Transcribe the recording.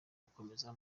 gukomeza